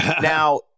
Now